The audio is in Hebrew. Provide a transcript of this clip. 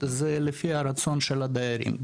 זה לפי הרצון של הדיירים,